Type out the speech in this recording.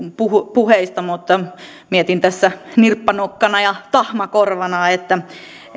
puheista mutta mietin tässä nirppanokkana ja tahmakorvana miten